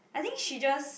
I think she just